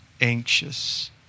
anxious